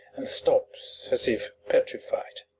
and stops as if petrified.